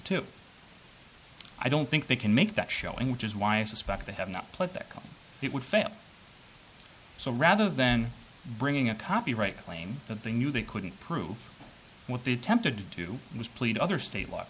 two i don't think they can make that showing which is why i suspect they have not put that it would fail so rather than bringing a copyright claim that they knew they couldn't prove what they attempted to do was play to other state l